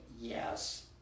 yes